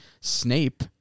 Snape